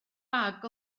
bag